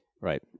right